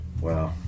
Wow